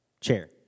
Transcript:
chair